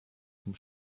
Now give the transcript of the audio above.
vom